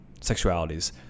sexualities